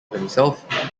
himself